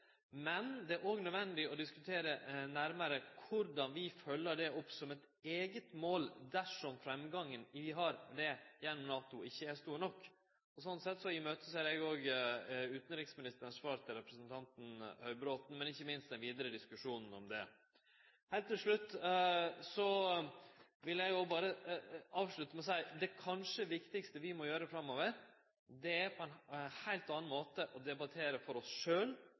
men det er òg nødvendig å diskutere nærare korleis vi følgjer det opp som eit eige mål dersom framgangen vi har gjennom NATO, ikkje er stor nok. Slik sett ser eg òg i møte utanriksministeren sitt svar til representanten Høybråten, men ikkje minst den vidare diskusjonen om det. Heilt til slutt vil eg berre seie: Det kanskje viktigaste vi må gjere framover, er på ein heilt annan måte å debattere – for oss